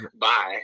bye